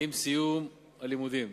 עם סיום הלימודים.